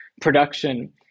production